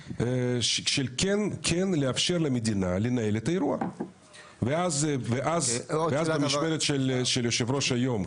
מצב של כן לאפשר למדינה לנהל את האירוע ואז במשמרת של היושב ראש היום,